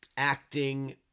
acting